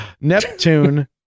Neptune